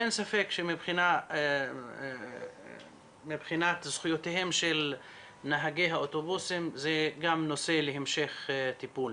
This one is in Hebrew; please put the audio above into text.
אין ספק שמבחינת זכויותיהם של נהגי האוטובוסים זה גם נושא להמשך טיפול.